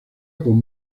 con